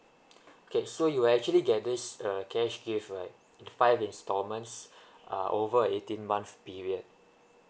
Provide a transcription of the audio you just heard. okay so you will actually get this uh cash gift right five instalments uh over a eighteen month period